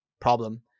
problem